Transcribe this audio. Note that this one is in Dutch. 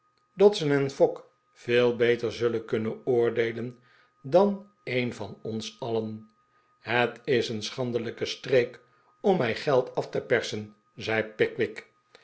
heeft dodson en fogg veel beter zullen kunnen oordeelen dan een van ons alien het is een schandelijke streek om mij geld af te per sen zei pickwick